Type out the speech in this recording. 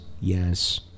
yes